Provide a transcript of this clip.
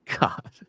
God